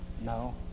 No